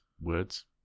words